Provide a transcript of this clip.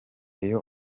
iyo